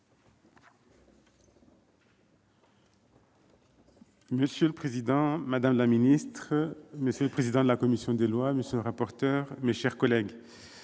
Monsieur le président, monsieur le président de la commission des lois, monsieur le rapporteur, mes chers collègues,